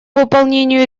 выполнению